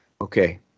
Okay